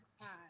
Hi